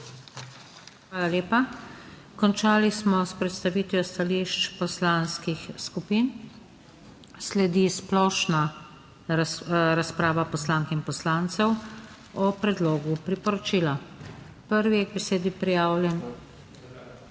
Hvala lepa. Končali smo predstavitev stališč poslanskih skupin. Sledi splošna razprava poslank in poslancev o predlogu priporočila. Prvi je k besedi prijavljen